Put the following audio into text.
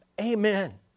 Amen